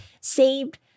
saved